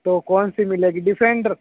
तो कौनसी मिलेगी डिफेंडर